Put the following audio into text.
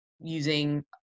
using